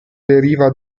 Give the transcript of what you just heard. deriva